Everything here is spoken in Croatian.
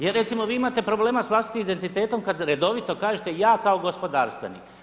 Jer recimo vi imate problema s vlastitim identitetom kada redovito kažete ja kao gospodarstvenik.